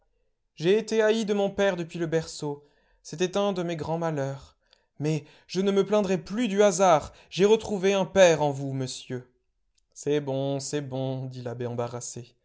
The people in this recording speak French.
j'ai été haï de mon père depuis le berceau c'était un de mes grands malheurs mais je ne me plaindrai plus du hasard j'ai retrouvé un père en vous monsieur c'est bon c'est bon dit l'abbé embarrassé